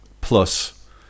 plus